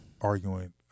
arguing